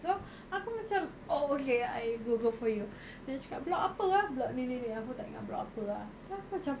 so aku macam oh okay I google for you abeh dia cakap block apa ah block ni ni ni aku tak ingat aku tak ingat block apa ah terus aku macam